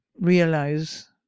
realize